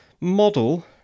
model